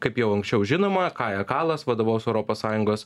kaip jau anksčiau žinoma kaja kalas vadovaus europos sąjungos